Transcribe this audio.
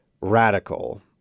radical